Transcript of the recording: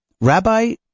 Rabbi